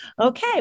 Okay